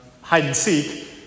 hide-and-seek